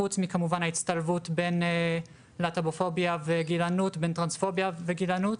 חוץ כמובן מההצטלבות בין להט"בופוביה וגילנות וטרנספוביה וגילנות,